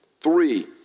Three